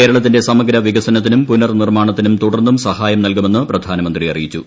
കേരളത്തിന്റെ സമഗ്ര വികസനത്തിനും പുനർനിർമ്മാണത്തിനും തുടർന്നും സഹായം നല്കുമെന്ന് പ്രധാനമന്ത്രി അറിയിച്ചു